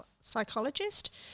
psychologist